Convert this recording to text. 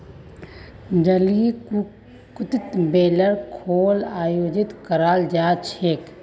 जलीकट्टूत बैलेर खेल आयोजित कराल जा छेक